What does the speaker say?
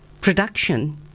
production